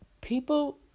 people